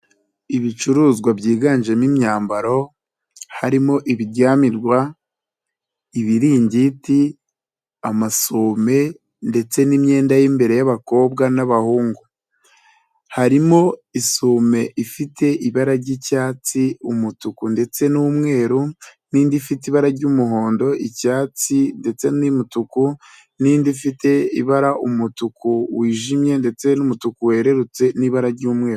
Ibicuruzwa byiganjemo imyambaro harimo ibiryamirwa, ibiringiti, amasume ndetse n'imyenda y'imbere y'abakobwa n'abahungu. Harimo isume ifite ibara ry'icyatsi umutuku ndetse n'umweru, n'indi ifite ibara ry'umuhondo icyatsi ndetse n'imutuku, n'indi ifite ibara umutuku wijimye ndetse n'umutuku werererutse n'ibara ry'umweru.